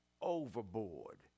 overboard